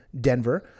Denver